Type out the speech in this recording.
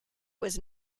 was